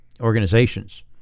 organizations